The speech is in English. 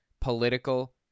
political